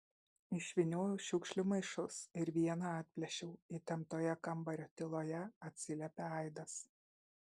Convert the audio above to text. išvyniojau šiukšlių maišus ir vieną atplėšiau įtemptoje kambario tyloje atsiliepė aidas